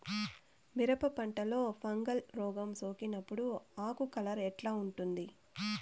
మిరప పంటలో ఫంగల్ రోగం సోకినప్పుడు ఆకు కలర్ ఎట్లా ఉంటుంది?